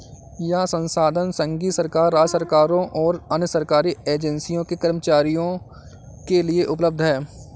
यह संसाधन संघीय सरकार, राज्य सरकारों और अन्य सरकारी एजेंसियों के कर्मचारियों के लिए उपलब्ध है